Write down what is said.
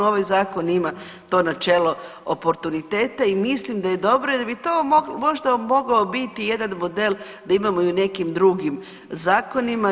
Ovaj zakon ima to načelo oportuniteta i mislim da je dobro i da bi to možda mogao biti jedan model da imamo i u nekim drugim zakonima.